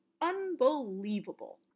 unbelievable